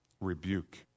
rebuke